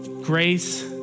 grace